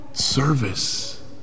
service